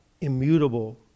immutable